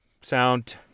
Sound